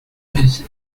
this